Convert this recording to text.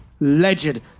legend